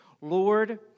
Lord